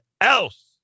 else